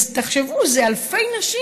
תחשבו, זה אלפי נשים.